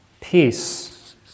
peace